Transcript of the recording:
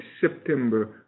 September